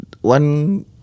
one